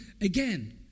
again